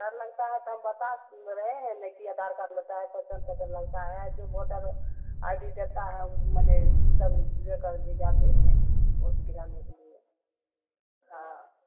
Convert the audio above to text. डर लगता है तो हम बता रहे हैं न कि आधार कार्ड लगता है पहचान पत्र लगता है जो भोटर आइ डी देता है माने सब लेकर जो जाते हैं भोट गिराने के लिए हाँ